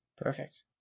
Perfect